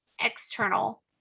external